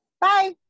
Bye